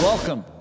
Welcome